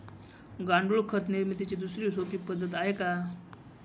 गांडूळ खत निर्मितीची दुसरी सोपी पद्धत आहे का?